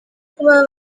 kuba